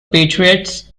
patriots